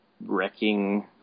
wrecking